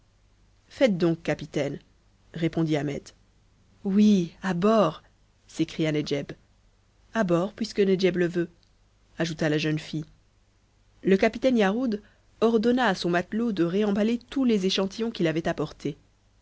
faites donc capitaine répondit ahmet oui à bord s'écria nedjeb a bord puisque nedjeb le veut ajouta la jeune fille le capitaine yarhud ordonna à son matelot de réemballer tous les échantillons qu'il avait apportés